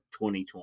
2020